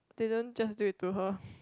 they don't just do it to her